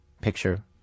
Picture